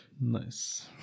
Nice